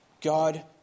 God